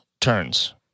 turns